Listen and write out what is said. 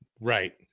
right